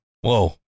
Whoa